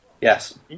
Yes